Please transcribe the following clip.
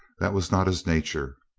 that was not his nature.